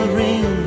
ring